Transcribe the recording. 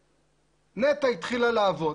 נת"ע התחילה לעבוד